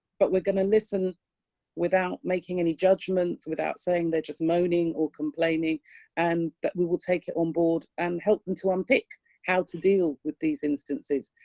but we're gonna listen without making any judgements without saying they're just moaning or complaining and that we will take it on board and help me to unpick how to deal with these instances.